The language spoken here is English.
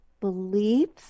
beliefs